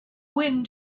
wind